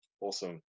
Awesome